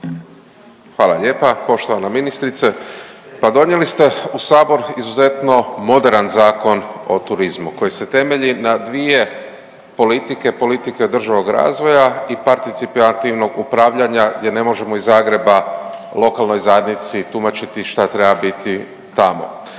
Hvala lijepa. Poštovana ministrice pa donijeli ste u sabor izuzetno moderan Zakon o turizmu koji se temelji na dvije politike. Politike održivog razvoja i participativnog upravljanja gdje ne možemo iz Zagreba lokalnoj zajednici tumačiti šta treba biti tamo.